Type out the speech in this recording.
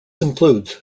includes